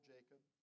Jacob